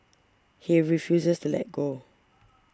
he refuses to let go